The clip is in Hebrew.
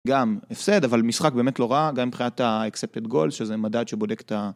גם הפסד אבל משחק באמת לא רע גם בחיית האקספטד גולד שזה מדד שבודק את ...